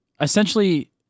essentially